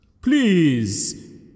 Please